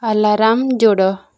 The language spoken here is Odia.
ଆଲାର୍ମ୍ ଯୋଡ଼